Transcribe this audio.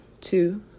two